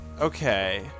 Okay